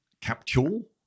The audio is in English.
capsule